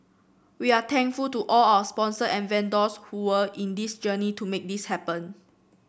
we are thankful to all our sponsor and vendors who were in this journey to make this happen